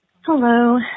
Hello